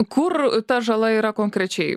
kur ta žala yra konkrečiai